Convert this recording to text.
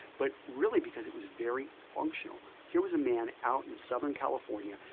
but really because it was very functional. here was a man out in southern california,